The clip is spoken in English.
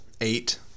Eight